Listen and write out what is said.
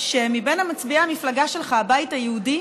שמבין מצביעי המפלגה שלך, הבית היהודי,